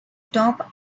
top